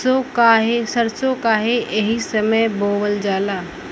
सरसो काहे एही समय बोवल जाला?